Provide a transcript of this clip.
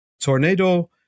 Tornado